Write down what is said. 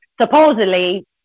supposedly